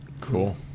Cool